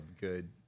good